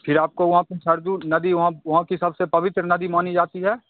फिर आपको वहाँ पर सरयू नदी वहाँ वहाँ की सबसे पवित्र नदी मानी जाती है